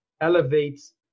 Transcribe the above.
elevates